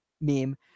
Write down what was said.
meme